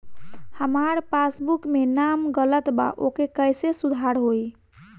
हमार पासबुक मे नाम गलत बा ओके कैसे सुधार होई?